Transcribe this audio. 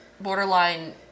borderline